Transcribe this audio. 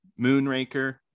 moonraker